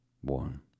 One